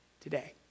today